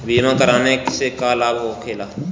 बीमा कराने से का लाभ होखेला?